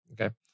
Okay